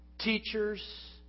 teachers